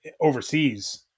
overseas